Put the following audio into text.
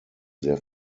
sehr